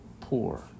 poor